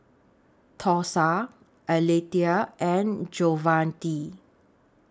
Thursa Alethea and Javonte